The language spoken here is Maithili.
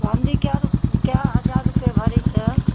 चाँदी कए रुपैए कए हजार रुपैए भरी छै